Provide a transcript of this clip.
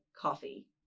coffee